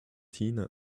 tina